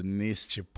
neste